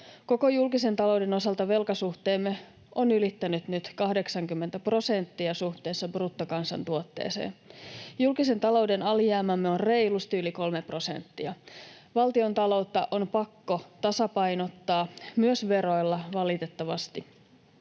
Koko julkisen talouden osalta velkasuhteemme on ylittänyt nyt 80 prosenttia suhteessa bruttokansantuotteeseen. Julkisen talouden alijäämämme on reilusti yli kolme prosenttia. Valtiontaloutta on pakko tasapainottaa, myös veroilla, valitettavasti.